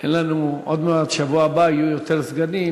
אין לנו, עוד מעט, בשבוע הבא יהיו יותר סגנים,